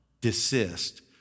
desist